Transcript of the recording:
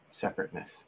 separateness